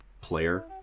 player